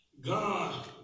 God